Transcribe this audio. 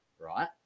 right